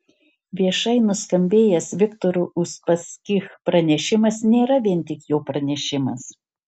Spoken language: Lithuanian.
viešai nuskambėjęs viktoro uspaskich pranešimas nėra vien tik jo pranešimas